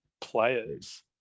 players